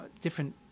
different